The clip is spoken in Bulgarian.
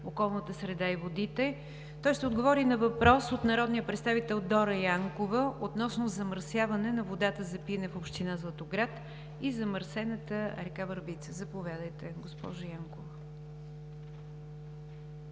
околната среда и водите. Той ще отговори на въпрос от народния представител Дора Янкова относно замърсяване на водата за пиене в община Златоград и замърсената река Върбица. Заповядайте, госпожо Янкова.